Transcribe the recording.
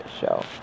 show